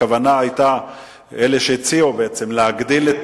הכוונה של אלה שהציעו היתה להגדיל את